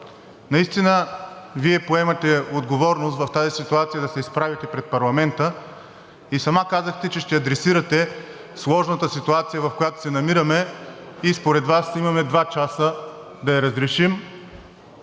Наистина Вие поемате отговорност в тази ситуация да се изправите пред парламента и сама казахте, че ще адресирате сложната ситуация, в която се намираме, и според Вас имаме два часа да я разрешим.